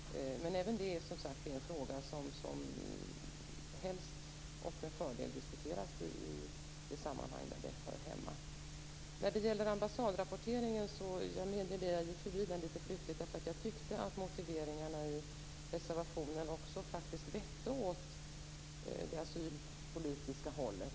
Men även det är, som sagt var, en fråga som helst och med fördel diskuteras i det sammanhang där den hör hemma. När det gäller ambassadrapporteringen medger jag att jag gick förbi den flyktigt, därför att jag tyckte att motiveringen i reservationen vette mot det asylpolitiska hållet.